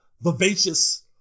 vivacious